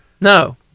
no